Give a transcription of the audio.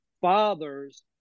fathers